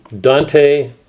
Dante